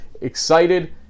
Excited